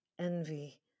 envy